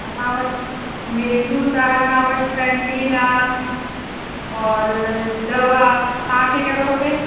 असां वटि मेघदूत आहे असां वटि पैंटीन आहे और डव आहे तव्हांखे कहिड़ो खपे